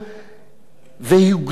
(למשל בדוח טליה ששון),